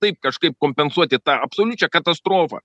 taip kažkaip kompensuoti tą absoliučią katastrofą